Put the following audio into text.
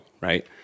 Right